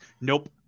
nope